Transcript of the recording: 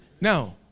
Now